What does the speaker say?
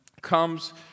comes